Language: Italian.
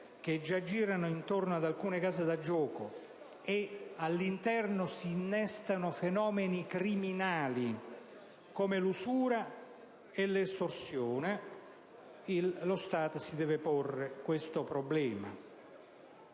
che già girano intorno ad alcune case da gioco, al cui interno si innestano fenomeni criminali, come l'usura e l'estorsione, lo Stato si deve porre questo problema.